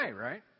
right